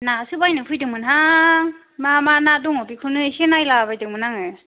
नासो बायनो फैदोंमोन हां मा मा ना दङ बेखौनो एसे नायला बायदोंमोन आङो